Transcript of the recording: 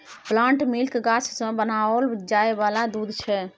plant milk गाछ सँ बनाओल जाय वाला दूध छै